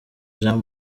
jean